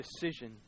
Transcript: decision